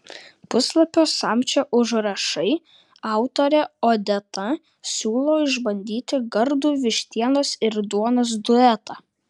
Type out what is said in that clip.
puslapio samčio užrašai autorė odeta siūlo išbandyti gardų vištienos ir duonos duetą